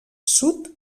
sud